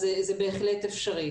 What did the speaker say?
אז זה בהחלט אפשרי.